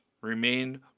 remained